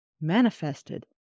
manifested